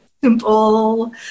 simple